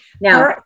Now